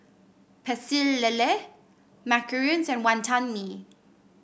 Pecel Lele macarons and Wantan Mee